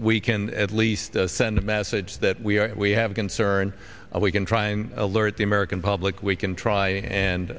we can at least send a message that we are we have a concern and we can try and alert the american public we can try and